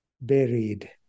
buried